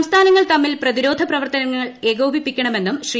സംസ്ഥാനങ്ങൾ തമ്മിൽ പ്രതിരോധ പ്രവർത്തനങ്ങൾ ഏകോപിപ്പിക്കണമെന്ന് ശ്രീ